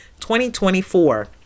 2024